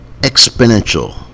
Exponential